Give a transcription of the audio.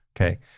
okay